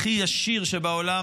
הכי ישיר שבעולם,